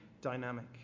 dynamic